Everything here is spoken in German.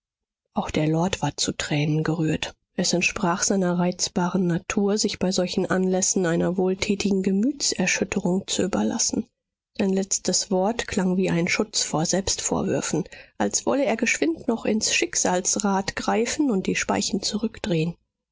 auch der lord war zu tränen gerührt es entsprach seiner reizbaren natur sich bei solchen anlässen einer wohltätigen gemütserschütterung zu überlassen sein letztes wort klang wie ein schutz vor selbstvorwürfen als wolle er geschwind noch ins schicksalsrad greifen und die speichen zurückdrehen